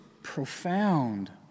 profound